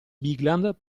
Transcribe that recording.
bigland